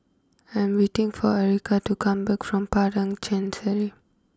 I'm waiting for Ericka to come back from Padang Chancery